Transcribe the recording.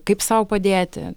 kaip sau padėti